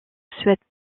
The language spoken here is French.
souhaitent